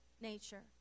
nature